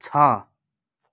छ